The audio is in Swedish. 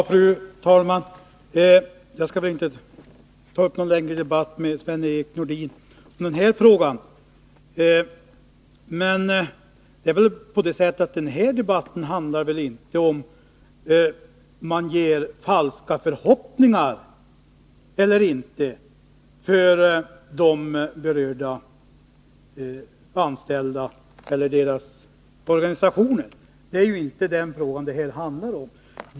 Fru talman! Jag skall inte ta upp någon längre debatt med Sven-Erik Nordin i den här frågan. Men den här debatten handlar inte om huruvida man ger de anställda som berörs eller deras organisationer falska förhoppningar eller inte. Det är inte den frågan det handlar om.